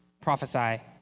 prophesy